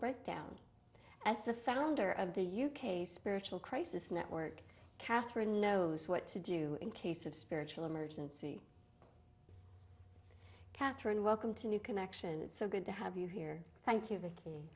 breakdown as the founder of the u k spiritual crisis network catherine knows what to do in case of spiritual emergency catherine welcome to new connection it's so good to have you here thank you v